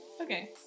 Okay